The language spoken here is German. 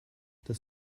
das